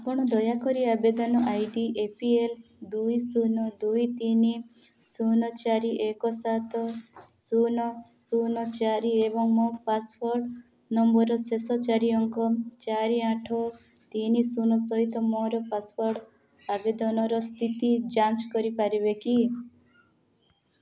ଆପଣ ଦୟାକରି ଆବେଦନ I D A P L ଦୁଇ ଶୂନ ଦୁଇ ତିନି ଶୂନ ଚାରି ଏକ ସାତ ଶୂନ ଶୂନ ଚାରି ଏବଂ ମୋ ପାସପୋର୍ଟ ନମ୍ବରର ଶେଷ ଚାରି ଅଙ୍କ ଚାରି ଆଠ ତିନି ଶୂନ ସହିତ ମୋର ପାସପୋର୍ଟ ଆବେଦନର ସ୍ଥିତି ଯାଞ୍ଚ କରିପାରିବେ କି